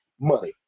money